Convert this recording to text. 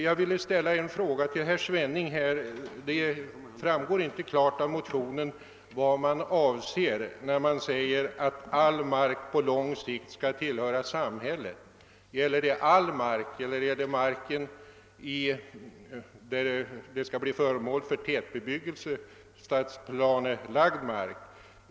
Jag vill ställa en fråga till herr Svenning. Av motionen framgår inte klart vad som avses med att all mark på lång sikt skall tillhöra samhället. Gäller det all mark eller gäller det den mark som skall bli föremål för tätbebyggelse, d.v.s. stadsplanelagd mark?